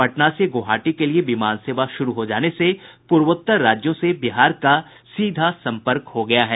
पटना से गुवाहाटी के लिये विमान सेवा शुरू हो जाने से पूर्वोत्तर राज्यों से बिहार का सीधा संपर्क हो गया है